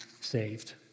saved